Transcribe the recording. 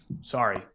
Sorry